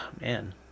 Man